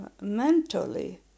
mentally